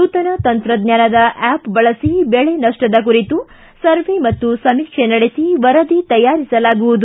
ನೂತನ ತಂತ್ರಜ್ಞಾನದ ಆ್ವಪ್ ಬಳಸಿ ಬೆಳೆ ನಷ್ಟದ ಕುರಿತು ಸರ್ವೇ ಮತ್ತು ಸಮೀಕ್ಷೆ ನಡೆಸಿ ವರದಿ ತಯಾರಿಸಲಾಗುವುದು